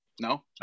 No